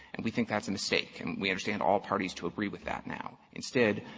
and we think that's a mistake, and we understand all parties to agree with that now. instead,